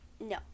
No